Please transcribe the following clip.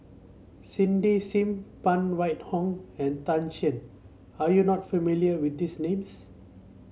Cindy Sim Phan Wait Hong and Tan Shen are you not familiar with these names